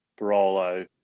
Barolo